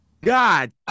God